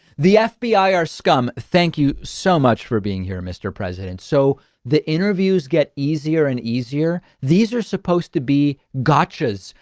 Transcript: the fbi are scum. thank you so much for being here, mr. president. so the interviews get easier and easier. these are supposed to be gotchas.